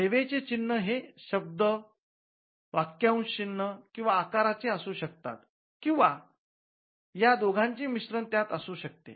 सेवेचे चिन्ह हे शब्द वाक्यांत चिन्ह किंवा आकाराचे असू शकतात किंवा या दोघांचे मिश्रण त्यात असू शकते